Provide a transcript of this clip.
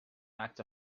act